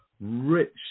rich